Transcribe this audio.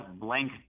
blank